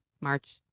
March